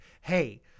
hey